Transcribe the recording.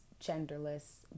genderless